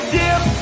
dip